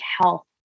health